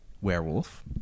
werewolf